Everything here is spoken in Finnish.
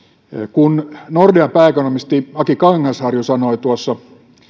kun nordean pääekonomisti aki kangasharju sanoi tuossa